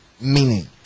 meaning